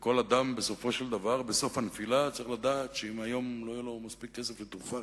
וכל אדם בסוף הנפילה צריך לדעת שאם היום לא יהיה לו מספיק כסף לתרופה,